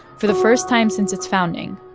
for the first time since its founding,